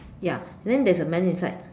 ya and then there's a man inside